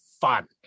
fun